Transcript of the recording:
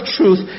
Truth